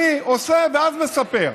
אני עושה ואז מספר.